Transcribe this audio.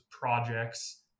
projects